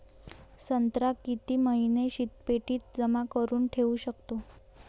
संत्रा किती महिने शीतपेटीत जमा करुन ठेऊ शकतो?